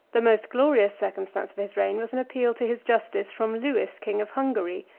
the most glorious circumstance of his reign was an appeal to his justice from lewis, king of hungary,